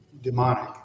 demonic